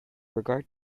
regard